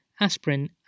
aspirin